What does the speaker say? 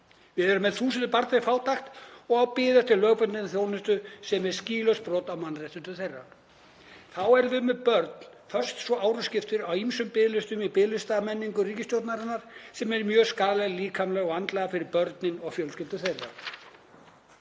Við erum með þúsundir barna í fátækt og að bíða eftir lögbundinni þjónustu, sem er skýlaust brot á mannréttindum þeirra. Þá erum við með börn föst svo árum skiptir á ýmsum biðlistum í biðlistamenningu ríkisstjórnarinnar sem eru mjög skaðlegir líkamlega og andlega fyrir börnin og fjölskyldur þeirra.